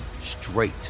straight